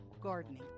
gardening